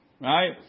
Right